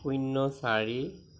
শূন্য চাৰি